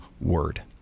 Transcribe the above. word